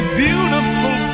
beautiful